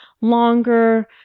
longer